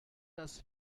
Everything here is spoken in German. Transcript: das